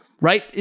right